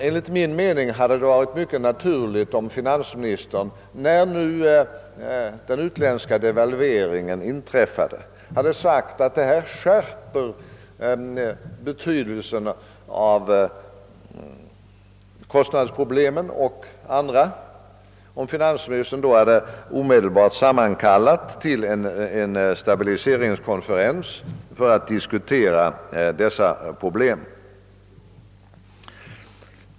Enligt min mening hade det varit mycket naturligt om finansministern, när nu de utländska devalveringarna inträffat, hade sagt att den skärper betydelsen av kostnadsproblemet, och om finansministern då omedelbart hade kallat till en stabiliseringskonferens för att diskutera dessa problem.